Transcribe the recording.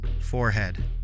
forehead